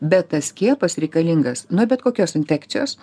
bet tas skiepas reikalingas nuo bet kokios infekcijos